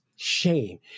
shame